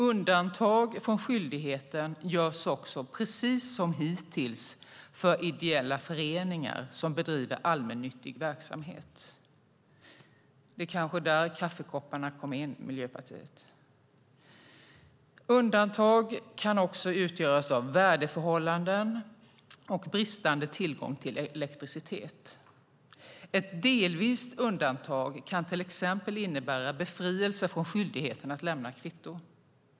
Undantag från skyldigheten görs också, precis som hittills, för ideella föreningar som bedriver allmännyttig verksamhet. Det kanske är där kaffekopparna kom in, Miljöpartiet. Undantag kan också utgöras av väderförhållanden och bristande tillgång till elektricitet. Ett delvist undantag kan till exempel innebära befrielse från skyldigheten att lämna kvitto.